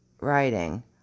writing